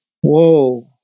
Whoa